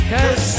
Cause